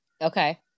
Okay